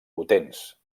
potents